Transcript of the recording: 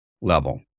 level